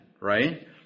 right